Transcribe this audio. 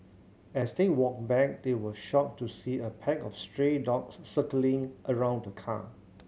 as they walked back they were shocked to see a pack of stray dogs circling around the car